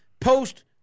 post